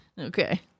okay